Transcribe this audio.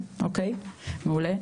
מעולה.